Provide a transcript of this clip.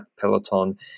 peloton